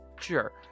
Sure